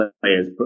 players